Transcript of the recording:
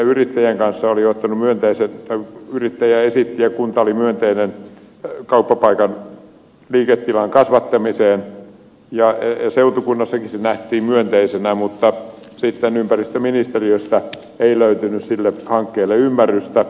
yrittäjä esitti kauppapaikan liiketilan kasvattamista ja kunta oli myönteinen ja seutukunnassakin se nähtiin myönteisenä mutta sitten ympäristöministeriöstä ei löytynyt sille hankkeelle ymmärrystä